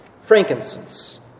frankincense